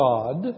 God